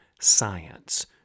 science